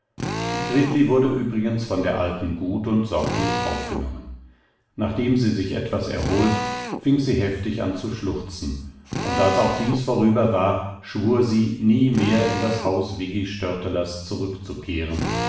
wurde übrigens von der alten gut und sorglich aufgenommen nachdem sie sich etwas erholt fing sie heftig an zu schluchzen und als auch dies vorüber war schwur sie nie mehr in das haus viggi störtelers zurückzukehren